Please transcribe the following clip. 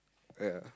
ya